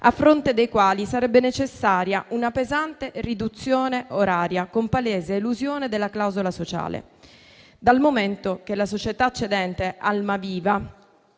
a fronte dei quali sarebbe necessaria una pesante riduzione oraria, con palese elusione della clausola sociale. Dal momento che la società cedente Almaviva